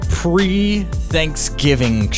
pre-Thanksgiving